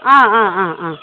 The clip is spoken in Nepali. अँ अँ अँ अँ